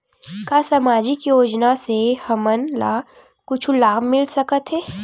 का सामाजिक योजना से हमन ला कुछु लाभ मिल सकत हे?